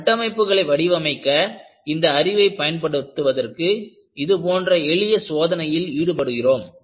கட்டமைப்புகளை வடிவமைக்க இந்த அறிவைப் பயன்படுத்துவதற்கு இதுபோன்ற எளிய சோதனையில் ஈடுபடுகிறோம்